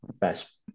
best